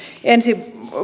ensi